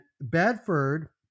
Bedford